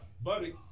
buddy